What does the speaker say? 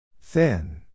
Thin